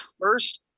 first